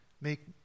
Make